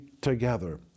together